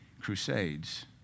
Crusades